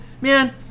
Man